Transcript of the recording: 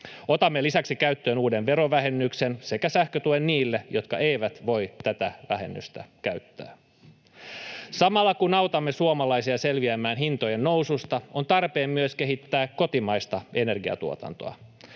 Otamme lisäksi käyttöön uuden verovähennyksen sekä sähkötuen niille, jotka eivät voi tätä vähennystä käyttää. Samalla kun autamme suomalaisia selviämään hintojen noususta, on tarpeen myös kehittää kotimaista energiantuotantoa.